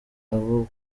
abo